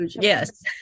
Yes